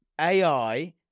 AI